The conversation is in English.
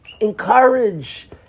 encourage